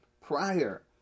prior